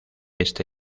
este